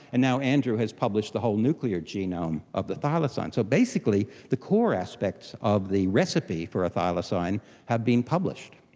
and now andrew has published the whole nuclear genome of the thylacine. so basically the core aspects of the recipe for a thylacine have been published.